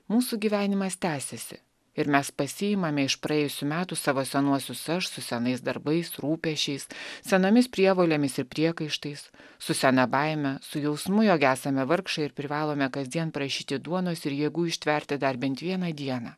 mūsų gyvenimas tęsiasi ir mes pasiimame iš praėjusių metų savo senuosius aš su senais darbais rūpesčiais senomis prievolėmis ir priekaištais su sena baime su jausmu jog esame vargšai ir privalome kasdien prašyti duonos ir jėgų ištverti dar bent vieną dieną